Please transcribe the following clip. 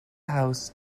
house